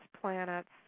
planets